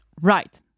Right